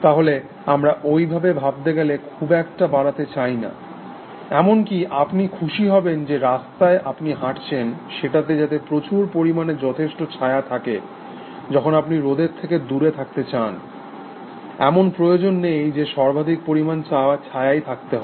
তাহলে আমরা ওইভাবে ভাবতে গেলে খুব একটা বাড়াতে চাই না এমনকি আপনি খুশি হবেন যে রাস্তায় আপনি হাঁটছেন সেটাতে যাতে প্রচুর পরিমাণে যথেষ্ট ছায়া থাকে যখন আপনি রোদের থেকে দূরে থাকতে চান এমন প্রয়োজন নেই যে সর্বাধিক পরিমাণ ছায়াই থাকতে হবে